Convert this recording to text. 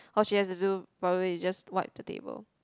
all she has to do probably is just wipe the table